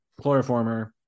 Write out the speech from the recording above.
Chloroformer